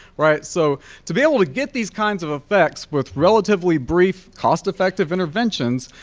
right? so to be able to get these kinds of effects with relatively brief, cost-effective interventions,